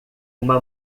uma